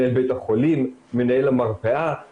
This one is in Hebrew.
אני הולכת להגיש הצעת חוק כיוון שבשבתי גם כמחוקקת בבית הזה,